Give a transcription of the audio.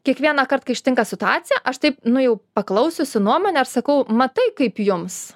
kiekvienąkart kai ištinka situacija aš taip nu jau paklausiusi nuomonę aš sakau matai kaip jums